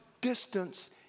distance